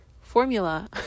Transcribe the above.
formula